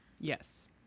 Yes